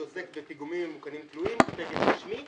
שעוסק בפיגומים ממוכנים תלויים הוא תקן רשמי.